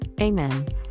amen